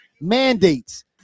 mandates